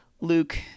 Luke